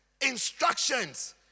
Instructions